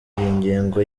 ngengo